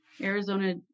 Arizona